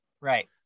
Right